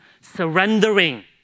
surrendering